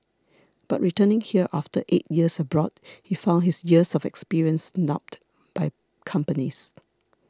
but returning here after eight years abroad he found his years of experience snubbed by companies